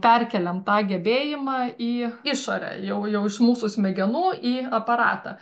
perkeliam tą gebėjimą į išorę jau jau iš mūsų smegenų į aparatą